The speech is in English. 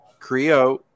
CREO